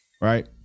Right